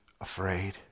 afraid